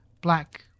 black